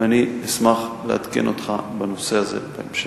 ואני אשמח לעדכן אותך בנושא הזה בהמשך.